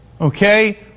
Okay